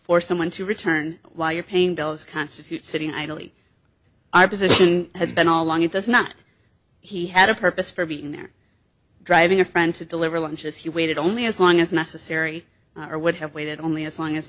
for someone to return while you're paying bills constitute sitting idly i position has been all along it does not he had a purpose for being there driving a friend to deliver lunch as he waited only as long as necessary or would have waited only as long as